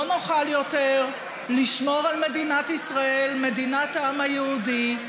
לא נוכל יותר לשמור על מדינת ישראל מדינת העם היהודי,